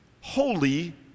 holy